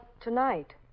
tonight